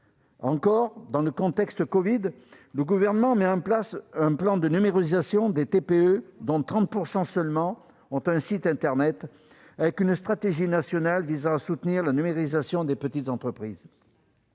Dans le contexte de la covid, le Gouvernement met en place un plan de numérisation des TPE, dont 30 % seulement disposent d'un site internet, avec une stratégie nationale visant à soutenir la numérisation des petites entreprises.